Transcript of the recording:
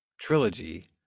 trilogy